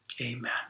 Amen